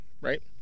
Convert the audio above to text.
right